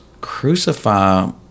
crucify